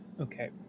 Okay